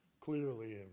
clearly